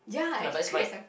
okay lah but is my